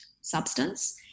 substance